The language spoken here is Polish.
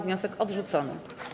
Wniosek odrzucony.